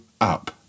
up